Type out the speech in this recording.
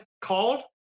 called